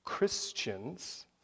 Christians